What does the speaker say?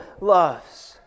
loves